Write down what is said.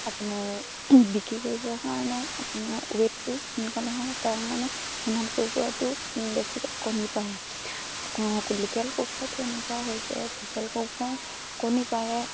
আপোনাৰ বিক্ৰী কৰিবৰ কাৰণে আপোনাৰ ৱেইটটো সোনকালে হয় তাৰমানে সোণালী কুকুৰাটো বেছিকৈ কণী পাৰে লোকেল কুকুৰাটো এনেকুৱা হৈছে লোকেল কুকুৰাই কণী পাৰে